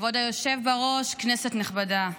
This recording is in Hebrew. כבוד היושב בראש, כנסת נכבדה,